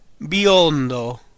Biondo